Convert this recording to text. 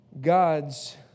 God's